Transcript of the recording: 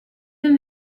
them